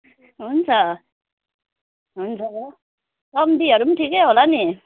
हुन्छ हुन्छ सम्धीहरू पनि ठिकै होला नि